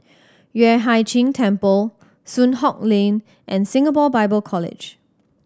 Yueh Hai Ching Temple Soon Hock Lane and Singapore Bible College